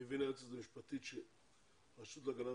אני מבין מהיועצת המשפטית שהרשות להגנת